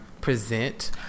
Present